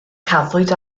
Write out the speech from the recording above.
cafwyd